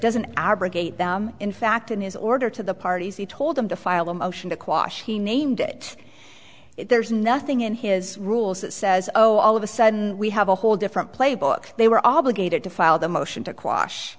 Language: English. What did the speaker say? doesn't abrogate them in fact in his order to the parties he told them to file a motion to quash he named it there's nothing in his rules that says oh all of a sudden we have a whole different playbook they were obligated to filed a motion to quash